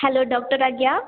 hello doctor ଆଜ୍ଞା